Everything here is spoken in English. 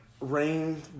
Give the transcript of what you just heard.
rain